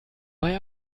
bei